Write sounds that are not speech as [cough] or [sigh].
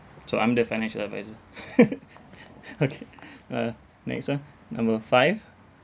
so I'm the financial adviser [laughs] okay [laughs] uh next one number five